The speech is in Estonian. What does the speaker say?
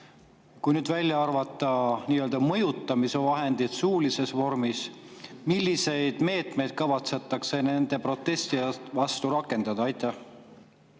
kui nüüd välja arvata nii-öelda mõjutamise vahendid suulises vormis, siis milliseid meetmeid kavatsetaks nende protestijate vastu rakendada? Aitäh,